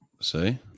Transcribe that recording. See